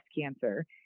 cancer